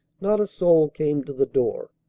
not a soul came to the door!